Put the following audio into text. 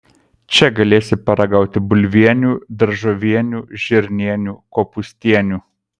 čia galėsi paragauti bulvienių daržovienių žirnienių kopūstienių